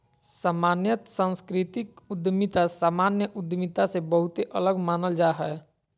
सामान्यत सांस्कृतिक उद्यमिता सामान्य उद्यमिता से बहुते अलग मानल जा हय